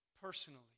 personally